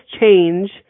change